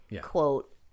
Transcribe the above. quote